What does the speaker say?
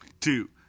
Two